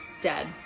Dead